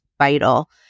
vital